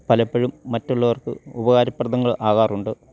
പലപ്പോഴും മറ്റുള്ളവർക്ക് ഉപകാരപ്രദങ്ങൾ ആകാറുണ്ട്